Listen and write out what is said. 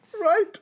Right